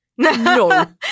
No